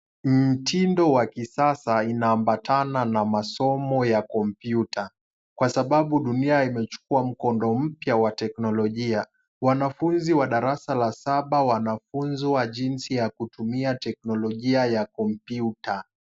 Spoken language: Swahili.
Mtindo wa kisasa inaambatana na masomo ya kompyuta kwa sababu dunia imechukuua mkondo mpya wa teknolojia. Wanafunzi wa darasa la saba wanafunza jinsi wa kutumia teknolojia ya Kompyuta.